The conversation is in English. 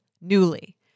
Newly